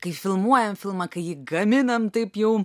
kai filmuojam filmą kai jį gaminam taip jau